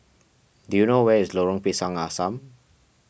do you know where is Lorong Pisang Asam